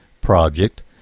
project